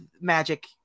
magic